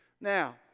Now